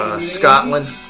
Scotland